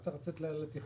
צריך לצאת לתכנון,